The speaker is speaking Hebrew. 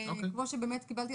כמו שבאמת קיבלתי,